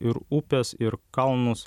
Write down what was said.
ir upes ir kalnus